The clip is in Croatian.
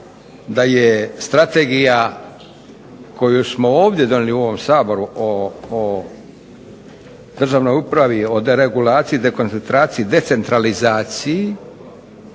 da je strategija koju smo ovdje donijeli u ovom Saboru o državnoj upravi o regulaciji, dekoncentraciji, decentralizaciji